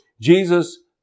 Jesus